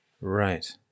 Right